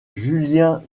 julien